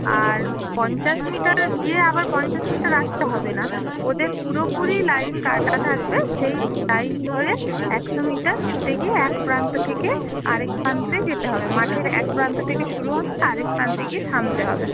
আর পঞ্চাশ মিটার গিয়ে আবার পঞ্চাশ মিটার আসতে হবে না ওদের পুরোপুরি লাইন কাটা থাকবে সেই লাইন ধরে একশো মিটার ছুটে গিয়ে এক প্রান্ত থেকে আর এক প্রান্তে যেতে হবে মাঠের এক প্রান্ত থেকে শুরু হবে আর এক প্রান্তে গিয়ে থামতে হবে